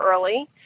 early